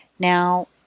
Now